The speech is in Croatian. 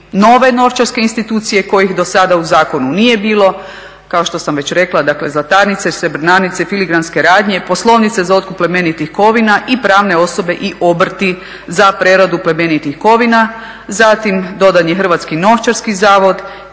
nove novčarske institucije kojih do sada u zakonu nije bilo, kao što sam već rekla dakle zlatarnice, srebrnarnice, filigranske radnje, poslovnice za otkup plemenitih kovina i pravne osobe i obrti za preradu plemenitih kovina, zatim dodan je Hrvatski novčarski zavod